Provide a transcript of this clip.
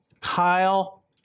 Kyle